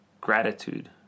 gratitude